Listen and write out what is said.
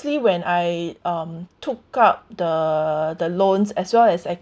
~ly when I um took up the the loans as well as I